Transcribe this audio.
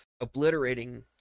obliterating